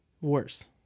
worse